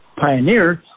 Pioneer